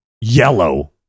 yellow